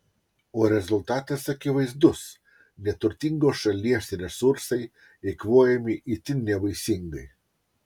o rezultatas akivaizdus neturtingos šalies resursai eikvojami itin nevaisingai